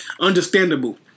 Understandable